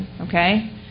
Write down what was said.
okay